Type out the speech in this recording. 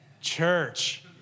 Church